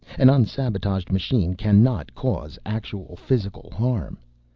an unsabotaged machine cannot cause actual physical harm.